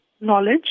knowledge